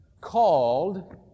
called